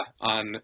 on